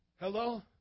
hello